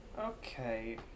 Okay